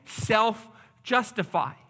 self-justify